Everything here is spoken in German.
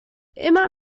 immer